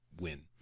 win